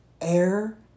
air